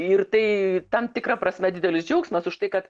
ir tai tam tikra prasme didelis džiaugsmas už tai kad